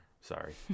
Sorry